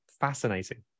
fascinating